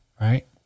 right